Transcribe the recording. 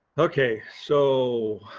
okay, so,